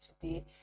today